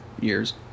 years